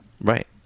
Right